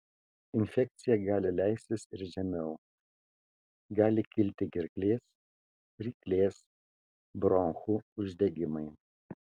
infekcija gali leistis ir žemiau gali kilti gerklės ryklės bronchų uždegimai